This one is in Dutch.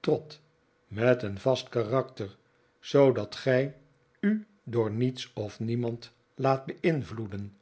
trot met een vast karakter zoodat gij u door niets of niemand laat beinvloeden